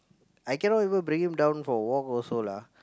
I cannot even bring him down for a walk also lah